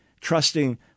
trusting